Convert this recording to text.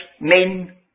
men